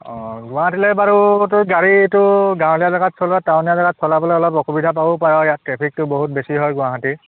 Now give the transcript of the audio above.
অঁ গুৱাহাটীলৈ বাৰু তোৰ গাড়ী তোৰ গাঁৱলীয়া জেগাত চলোৱা টাউনীয়া জেগাত চলাবলৈ অলপ অসুবিধা পাবও পাৰ ইয়াত ট্ৰেফিকটো বহুত বেছি হয় গুৱাহাটীত